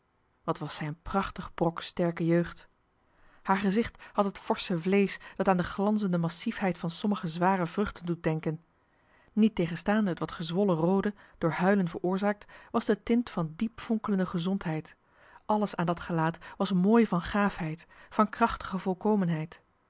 wat was zij een prachtig brok sterke jeugd haar gezicht had het forsche vleesch dat aan de glanzende massiefheid van sommige zware vruchten doet denken niettegenstaande het wat gezwollen roode door huilen veroorzaakt was de tint van diep fonkelende gezondheid alles aan dat gelaat was mooi van gaafheid van krachtige